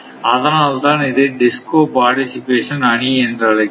அதனால்தான் இதை DISCO participation அணி என்று அழைக்கிறோம்